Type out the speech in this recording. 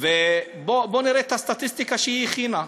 ובוא נראה את הסטטיסטיקה שהיא הכינה: